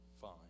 fine